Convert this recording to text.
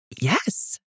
yes